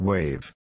Wave